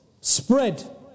spread